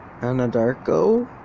Anadarko